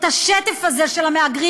את השטף הזה של המהגרים,